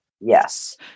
Yes